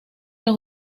los